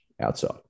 Outside